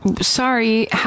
Sorry